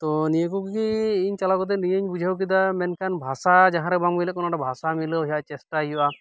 ᱛᱚ ᱱᱤᱭᱟᱹᱠᱚ ᱜᱮ ᱤᱧ ᱪᱟᱞᱟᱣ ᱠᱟᱛᱮ ᱱᱤᱭᱟᱹᱧ ᱵᱩᱡᱷᱟᱹᱣ ᱠᱮᱫᱟ ᱢᱮᱱᱷᱟᱱ ᱵᱷᱟᱥᱟ ᱡᱟᱦᱟᱸ ᱨᱮ ᱵᱟᱝ ᱢᱤᱞᱟᱹᱣ ᱠᱟᱱᱟ ᱚᱸᱰᱮ ᱵᱷᱟᱥᱟ ᱢᱤᱞᱟᱹᱣ ᱨᱮᱭᱟᱜ ᱪᱮᱥᱴᱟᱭ ᱦᱩᱭᱩᱜᱼᱟ